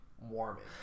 warming